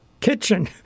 kitchen